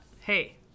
Hey